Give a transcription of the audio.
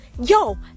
Yo